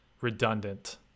redundant